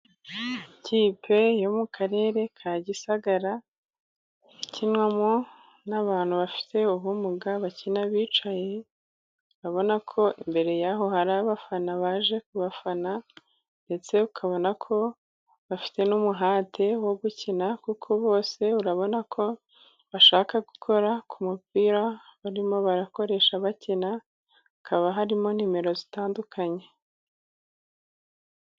Ikipe yo mu Karere ka Gisagara ikinwamo n'abantu bafite ubumuga, bakina bicaye urabona ko imbere yaho hari abafana baje ku bafana ndetse ukabona ko, bafite n'umuhate wo gukina kuko bose urabona ko, bashaka gukora ku mupira barimo barakoresha bakina, hakaba harimo nimero zitandukanye.